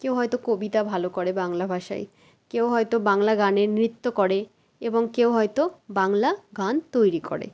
কেউ হয়তো কবিতা ভালো করে বাংলা ভাষায় কেউ হয়তো বাংলা গানে নৃত্য করে এবং কেউ হয়তো বাংলা গান তৈরি করে